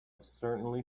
certainly